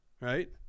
right